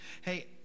Hey